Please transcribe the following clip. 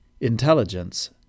intelligence